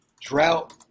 drought